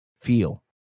feel